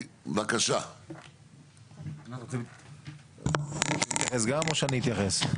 ובסופו יבוא: "Vעיון יהיה במקום ובשעות כפי שיחליט מנהל הבחירות".